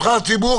נבחר ציבור,